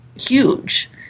huge